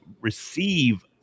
receive